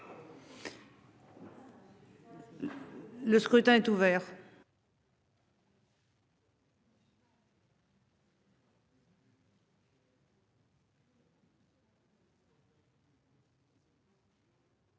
Le scrutin est ouvert.